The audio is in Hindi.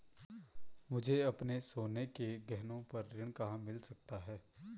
मुझे अपने सोने के गहनों पर ऋण कहाँ मिल सकता है?